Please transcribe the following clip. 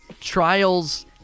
Trials